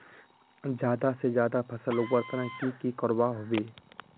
ज्यादा से ज्यादा फसल उगवार तने की की करबय होबे?